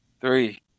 three